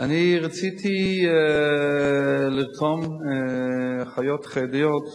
שאני רציתי לרתום אחיות חרדיות,